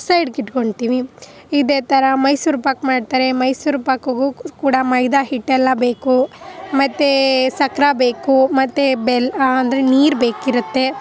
ಸೈಡ್ಗೆ ಇಟ್ಕೊಳ್ತೀವಿ ಇದೆ ಥರ ಮೈಸೂರು ಪಾಕು ಮಾಡ್ತಾರೆ ಮೈಸೂರು ಪಾಕಿಗೂ ಕೂಡ ಮೈದಾ ಹಿಟ್ಟೆಲ್ಲ ಬೇಕು ಮತ್ತು ಸಕ್ಕರೆ ಬೇಕು ಮತ್ತು ಬೆಲ್ಲ ಅಂದರೆ ನೀರು ಬೇಕಿರುತ್ತೆ